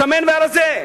השמן והרזה.